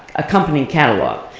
accompanying catalog.